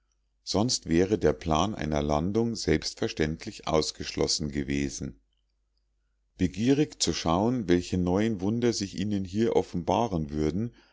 sonst wäre der plan einer landung selbstverständlich ausgeschlossen gewesen begierig zu schauen welche neuen wunder sich ihnen hier offenbaren würden